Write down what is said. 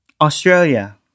australia